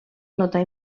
notar